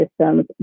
systems